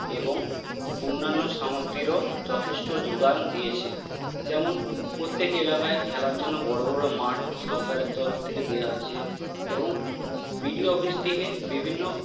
এবং অন্যান্য সামগ্রীরও যথেষ্ট যোগান দিয়েছে যেমন প্রত্যেক এলাকায় খেলার জন্য বড়ো বড়ো মাঠ সরকারের তরফ থেকে দেওয়া হয়েছে এবং বিডিও অফিস থেকে বিভিন্ন